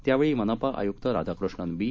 त्यावेळीमनपाआयुक्तराधाकृष्णनबी